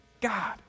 God